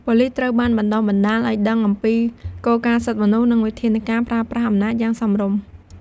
ប៉ូលីសត្រូវបានបណ្ដុះបណ្ដាលឱ្យដឹងអំពីគោលការណ៍សិទ្ធិមនុស្ស និងវិធានការប្រើប្រាស់អំណាចយ៉ាងសមរម្យ។